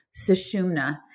Sushumna